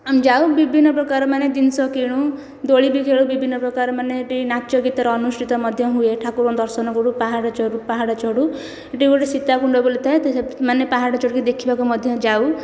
ଆମେ ଯାଉ ବିଭିନ୍ନ ପ୍ରକାର ମାନେ ଆମେ ଜିନିଷ କିଣୁ ଦୋଳି ବି ଖେଳୁ ବିଭିନ୍ନ ପ୍ରକାର ମାନେ ହେଠି ନାଚ ଗୀତର ଅନୁଷ୍ଠିତ ମଧ୍ୟ ହୁଏ ଠାକୁର ଦର୍ଶନ କରୁ ପାହାଡ଼ ଚଢ଼ୁ ସେଠି ଗୋଟିଏ ସୀତା କୁଣ୍ଡ ବୋଲି ଥାଏ ତ ପାହାଡ଼ ଚଢ଼ିକି ଦେଖିବାକୁ ମଧ୍ୟ ଯାଉ